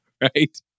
Right